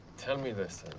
tell me this,